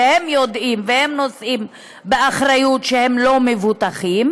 והם יודעים והם נושאים באחריות שהם לא מבוטחים,